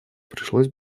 пришлось